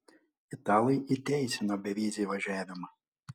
italai įteisino bevizį įvažiavimą